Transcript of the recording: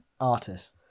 artists